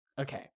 Okay